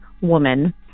woman